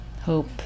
Hope